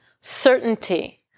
certainty